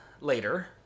later